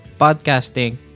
podcasting